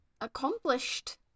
accomplished